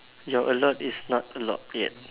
your a lot is not a lot yet